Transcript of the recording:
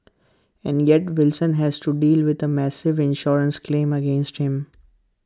and yet Wilson has to be with A massive insurance claim against him